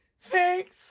Thanks